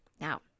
now